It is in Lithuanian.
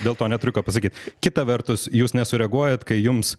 dėl to neturiu ko pasakyt kita vertus jūs nesureaguojat kai jums